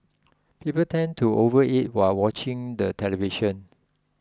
people tend to overeat while watching the television